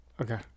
Okay